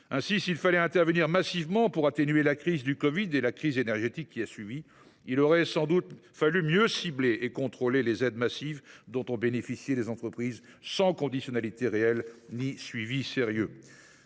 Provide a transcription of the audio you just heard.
Ainsi, s’il fallait intervenir massivement pour atténuer la crise de la covid 19 et la crise énergétique qui a suivi, il aurait sans doute fallu mieux cibler et contrôler les aides massives dont les entreprises ont bénéficié sans conditionnalité réelle ni suivi sérieux.